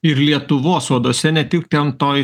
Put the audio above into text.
ir lietuvos uoduose ne tik ten toj